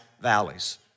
valleys